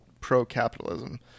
pro-capitalism